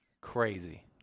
Crazy